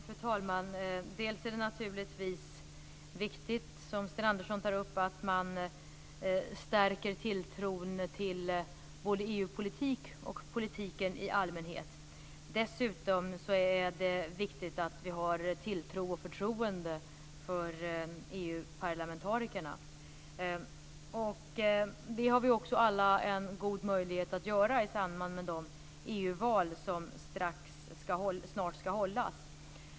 Fru talman! Det är naturligtvis viktigt, som Sten Andersson tar upp, att man stärker tilltron till både EU-politiken och politiken i allmänhet. Dessutom är det viktigt att vi har tilltro till och förtroende för EU parlamentarikerna. Det har vi också alla en god möjlighet att åstadkomma i samband med de EU-val som snart skall hållas.